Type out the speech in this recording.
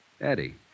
Eddie